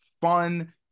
fun